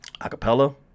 acapella